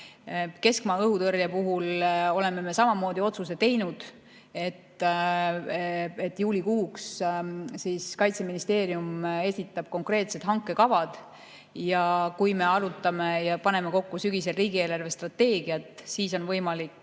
Keskmaa õhutõrje kohta oleme samamoodi otsuse teinud, et juulikuuks Kaitseministeerium esitab konkreetsed hankekavad. Ja kui me arutame ja paneme sügisel kokku riigi eelarvestrateegiat, siis on võimalik